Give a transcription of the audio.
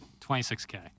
26K